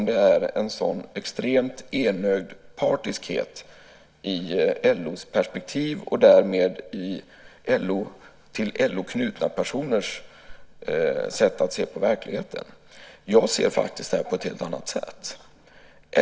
Det är en så extremt enögd partiskhet i ämnesperspektiv hos till LO knutna personers sätt att se på verkligheten. Jag ser faktiskt detta på ett helt annat sätt.